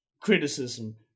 criticism